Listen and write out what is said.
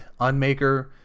Unmaker